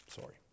Sorry